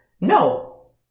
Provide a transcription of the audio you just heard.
No